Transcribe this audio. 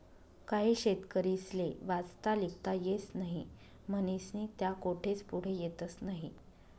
काही शेतकरीस्ले वाचता लिखता येस नही म्हनीस्नी त्या कोठेच पुढे येतस नही